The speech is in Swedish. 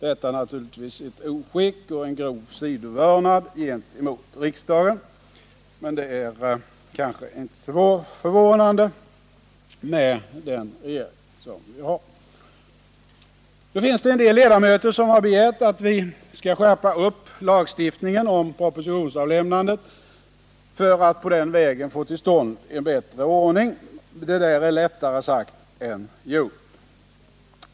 Detta är naturligtvis ett oskick och en grov sidvördnad gentemot riksdagen. Men det är kanske inte så förvånande med tanke på den regering vi har. En del ledamöter har begärt att vi skall skärpa lagstiftningen om propositionsavlämnandet för att den vägen få till stånd en bättre ordning. Det är lättare sagt än gjort.